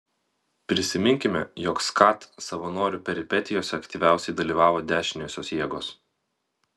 prisiminkime jog skat savanorių peripetijose aktyviausiai dalyvavo dešiniosios jėgos